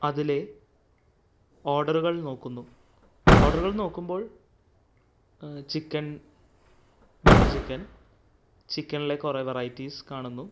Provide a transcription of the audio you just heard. അതിലേ ഓഡറുകൾ നോക്കുന്നു ഓഡറുകൾ നോക്കുമ്പോൾ ചിക്കൻ ബട്ടർ ചിക്കൻ ചിക്കനിലെ കുറേ വെറൈറ്റീസ് കാണുന്നു